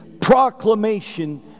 proclamation